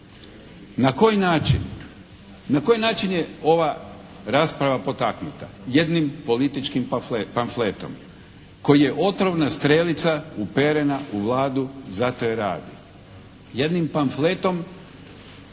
Na koji način je ova rasprava potaknuta? Jednim političkim pamfletom koji je otrovna strelica uperena u Vladu zato jer radi. Jednim pamfletom